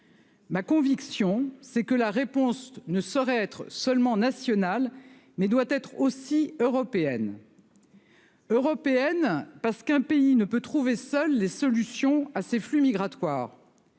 Ma conviction, c'est que la réponse ne saurait être seulement nationale, mais doit être aussi européenne. Européenne, d'abord, parce qu'un pays ne peut trouver seul les solutions à ces flux migratoires.